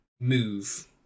move